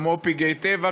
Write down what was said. כמו פגעי טבע,